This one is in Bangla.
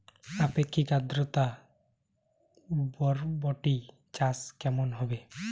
আপেক্ষিক আদ্রতা বরবটি চাষ কেমন হবে?